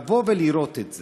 לבוא ולראות את זה,